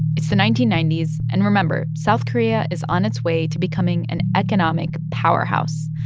it's the nineteen ninety s. and remember, south korea is on its way to becoming an economic powerhouse.